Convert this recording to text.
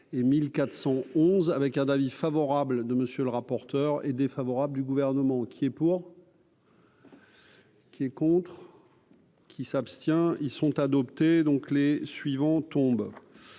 et 1411 avec un avis favorable de monsieur le rapporteur et défavorable du gouvernement qui est pour. Qui est contre. Qui s'abstient ils sont adoptés donc les suivants tombe,